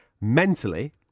Mentally